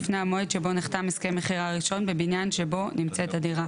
לפני המועד שבו נחתם הסכם מכירה ראשון בבניין שבו נמצאת הדירה,